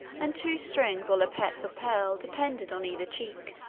and two strings or lappets of pearl depended on either cheek.